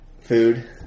Food